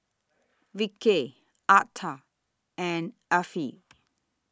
Vickey Arta and Effie